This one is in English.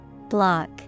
Block